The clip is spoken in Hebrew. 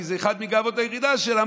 כי זו אחת מגאוות היחידה שלה,